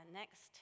next